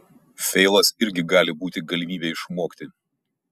feilas irgi gali būti galimybė išmokti